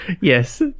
Yes